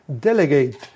delegate